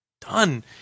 Done